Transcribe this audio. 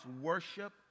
worship